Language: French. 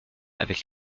avec